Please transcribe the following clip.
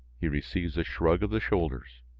he receives a shrug of the shoulders,